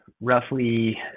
roughly